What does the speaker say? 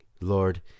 lord